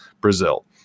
Brazil